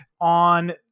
on